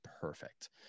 perfect